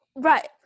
Right